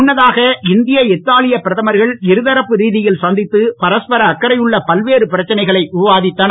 முன்னதாக இந்திய இத்தாலியப் பிரதமர்கள் இருதரப்பு ரீதியில் சந்தித்து பரஸ்பர அக்கறையுள்ள பல்வேறு பிரச்சனைகளை விவாதித்தனர்